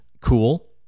Cool